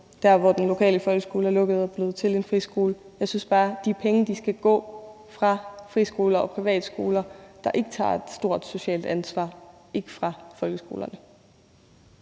der, hvor den lokale folkeskole er lukket og blevet til en friskole. Jeg synes bare, at de penge skal gå fra friskoler og privatskoler, der ikke tager et stort socialt ansvar, ikke fra folkeskolerne.